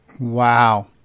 wow